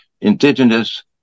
indigenous